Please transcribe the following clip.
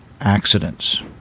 accidents